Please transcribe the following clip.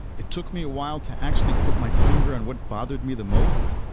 it took me a while to actually put my finger on what bothered me the most,